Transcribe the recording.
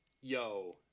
yo